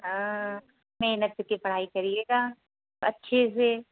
हाँ मेहनत से के पढ़ाई करिएगा अच्छे से